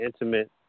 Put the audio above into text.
intimate